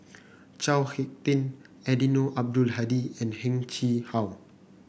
Chao HicK Tin Eddino Abdul Hadi and Heng Chee How